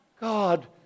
God